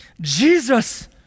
Jesus